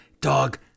Dog